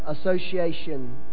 Association